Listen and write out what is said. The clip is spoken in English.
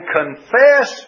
confess